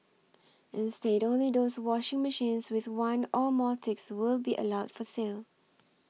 instead only those washing machines with one or more ticks will be allowed for sale